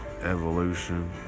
evolution